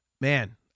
man